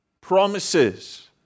Promises